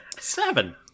Seven